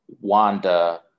Wanda